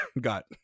got